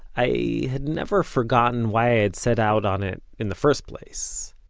i had never forgotten why i had set out on it in the first place.